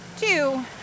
two